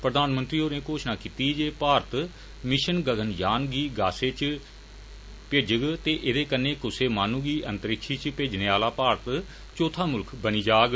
प्रधानमंत्री होरें घोशणा कीती जे भारत मिषन गगनयान गी गासै च भेजग ते एहदे कन्नैं कुसै माहनुयै गी अंतरिक्ष च भेजने आह्ला भारत चौथा मुल्ख बनी जाग